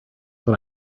what